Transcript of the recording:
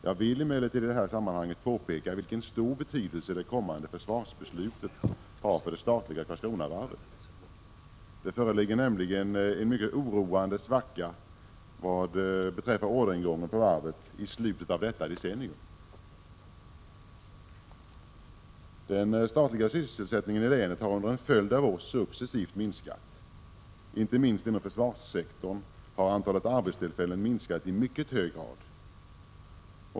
Jag vill emellertid i detta sammanhang peka på den stora betydelse som det kommande försvarsbeslutet har för det statliga Karlskronavarvet. Det föreligger nämligen en mycket oroande svacka vad beträffar orderingången för varvet i slutet av detta decennium. Den statliga sysselsättningen i länet har under en följd av år successivt minskat. Inte minst inom försvarssektorn har antalet arbetstillfällen minskat mycket starkt.